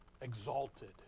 exalted